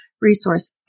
resource